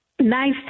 Nice